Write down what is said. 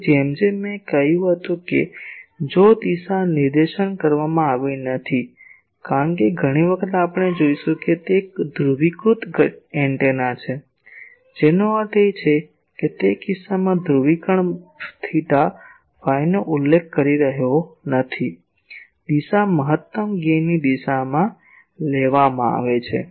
હવે જેમ જેમ મેં કહ્યું હતું કે જો દિશા નિર્દેશન કરવામાં આવી નથી કારણ કે ઘણી વખત આપણે જોઈશું કે તે એક ધ્રુવીકૃત એન્ટેના છે જેનો અર્થ છે કે તે તે કિસ્સામાં ધ્રુવીકરણ થેટા ફાઈનો ઉલ્લેખ કરી રહ્યો નથી દિશા મહત્તમ ગેઇનની દિશામાં લેવામાં આવે છે